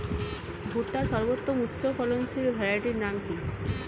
ভুট্টার সর্বোত্তম উচ্চফলনশীল ভ্যারাইটির নাম কি?